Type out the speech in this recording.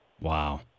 Wow